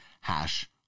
hash